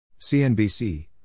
CNBC